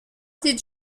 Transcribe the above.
did